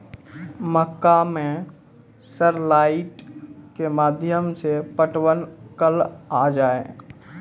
मक्का मैं सर लाइट के माध्यम से पटवन कल आ जाए?